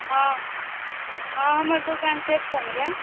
हँ हँ हमर दोकान सरिसोमे यऽ